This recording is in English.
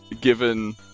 given